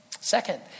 Second